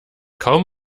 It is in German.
kaum